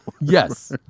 Yes